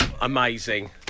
amazing